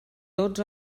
tots